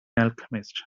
alchemist